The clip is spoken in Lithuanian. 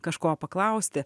kažko paklausti